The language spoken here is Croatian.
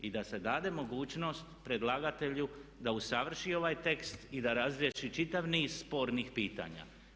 I da se dade mogućnost predlagatelju da usavrši ovaj tekst i da razriješi čitav niz spornih pitanja.